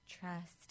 trust